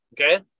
okay